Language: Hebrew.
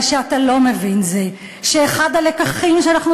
מה שאתה לא מבין זה שאחד הלקחים שאנחנו